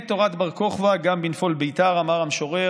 "אמת תורת בר-כוכבא גם בנפול ביתר!", אמר המשורר.